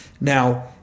Now